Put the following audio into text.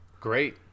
Great